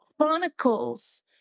chronicles